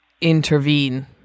intervene